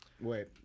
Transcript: Wait